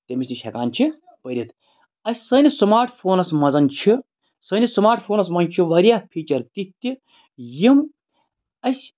تٔمِس نِش ہیٚکان چھِ پٔرِتھ اَسہِ سٲنِس سُماٹ فونَس منٛز چھِ سٲنِس سماٹ فونَس منٛز چھِ واریاہ فیٖچَر تِتھ تہِ یِم اَسہِ